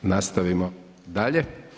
Nastavimo dalje.